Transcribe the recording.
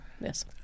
yes